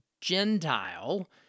Gentile